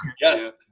Yes